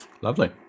Lovely